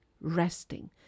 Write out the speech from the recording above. resting